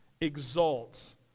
exalts